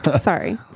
Sorry